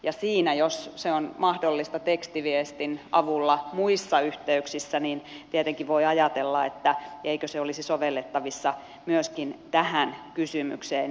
ja siinä jos se on mahdollista tekstiviestin avulla muissa yhteyksissä tietenkin voi ajatella eikö se olisi sovellettavissa myöskin tähän kysymykseen